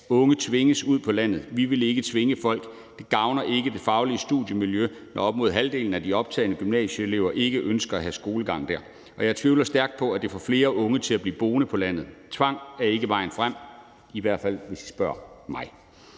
unge tvinges ud på landet. Vi vil ikke tvinge folk. Det gavner ikke det faglige studiemiljø, når op mod halvdelen af de optagne gymnasieelever ikke ønsker at have skolegang der, og jeg tvivler stærkt på, at det får flere unge til at blive boende på landet. Tvang er ikke vejen frem, i hvert fald ikke, hvis I spørger mig.